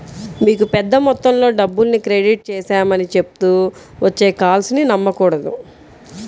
మీకు పెద్ద మొత్తంలో డబ్బుల్ని క్రెడిట్ చేశామని చెప్తూ వచ్చే కాల్స్ ని నమ్మకూడదు